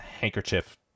handkerchief